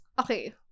okay